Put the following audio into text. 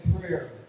prayer